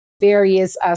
various